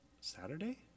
Saturday